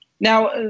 Now